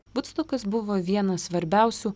vudstokas buvo vienas svarbiausių